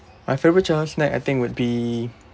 my favourite childhood snack I think would be